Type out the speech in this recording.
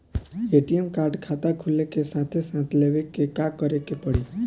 ATM card खाता खुले के साथे साथ लेवे खातिर का करे के पड़ी?